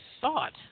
thought